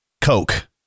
Coke